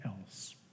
else